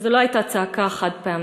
וזו לא הייתה צעקה חד-פעמית.